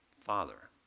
Father